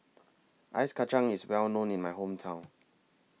Ice Kacang IS Well known in My Hometown